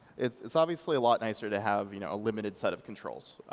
it's it's obviously a lot nicer to have you know a limited set of controls.